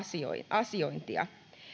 asiointia